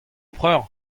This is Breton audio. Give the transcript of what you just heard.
preur